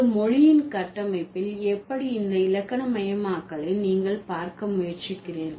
ஒரு மொழியின் கட்டமைப்பில் எப்படி இந்த இலக்கணமயமாக்கலை நீங்கள் பார்க்க முயற்சிக்கிறீர்கள்